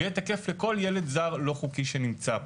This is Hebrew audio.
ויהיה תקף לכל ילד זר לא חוקי שנמצא פה.